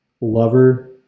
lover